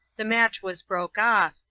the match was broke off,